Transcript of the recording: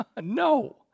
No